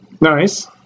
Nice